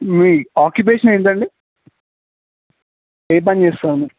మీ occupation ఏంటండి ఏం పని చేస్తావు